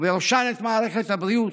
ובראשן את מערכת הבריאות,